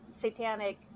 Satanic